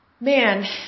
man